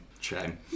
Shame